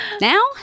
Now